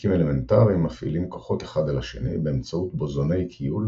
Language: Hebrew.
חלקיקים אלמנטריים מפעילים כוחות אחד על השני באמצעות בוזוני כיול